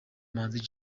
manzi